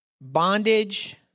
bondage